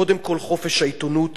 קודם כול, חופש העיתונות.